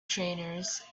trainers